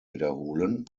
wiederholen